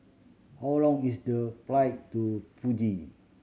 how long is the flight to Fiji